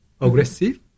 aggressive